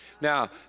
Now